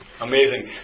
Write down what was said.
Amazing